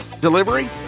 Delivery